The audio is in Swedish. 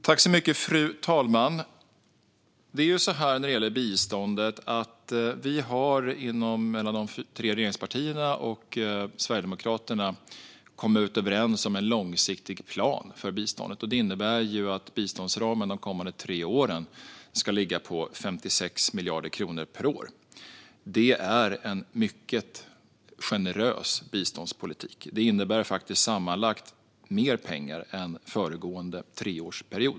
Fru talman! När det gäller biståndet har vi mellan de tre regeringspartierna och Sverigedemokraterna kommit överens om en långsiktig plan. Det innebär att biståndsramen de kommande tre åren ska ligga på 56 miljarder kronor per år. Det är en mycket generös biståndspolitik. Det innebär faktiskt sammanlagt mer pengar än föregående treårsperiod.